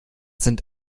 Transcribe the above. sind